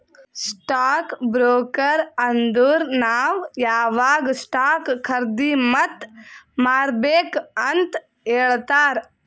stock broker ಅಂದುರ್ ನಾವ್ ಯಾವಾಗ್ ಸ್ಟಾಕ್ ಖರ್ದಿ ಮತ್ ಮಾರ್ಬೇಕ್ ಅಂತ್ ಹೇಳ್ತಾರ